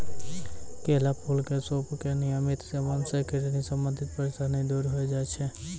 केला फूल के सूप के नियमित सेवन सॅ किडनी संबंधित परेशानी दूर होय जाय छै